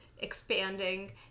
expanding